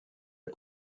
les